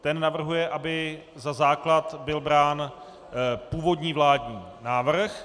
Ten navrhuje, aby za základ byl brán původní vládní návrh.